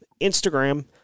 Instagram